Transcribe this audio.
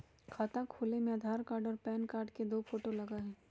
खाता खोले में आधार कार्ड और पेन कार्ड और दो फोटो लगहई?